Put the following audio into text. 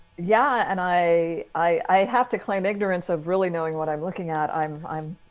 yeah. and i i have to claim ignorance of really knowing what i'm looking at. i'm i'm